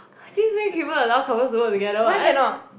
since when allow couples to work together [one]